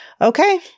okay